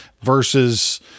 versus